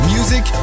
Music